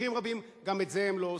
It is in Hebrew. ובמקרים רבים גם את זה הם לא עושים.